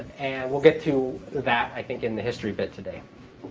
we'll get to that, i think, in the history bit today.